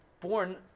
born